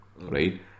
right